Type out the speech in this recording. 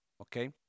Okay